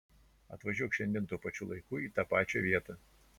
atvažiuok šiandien tuo pačiu laiku į tą pačią vietą